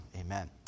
Amen